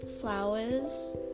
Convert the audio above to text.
flowers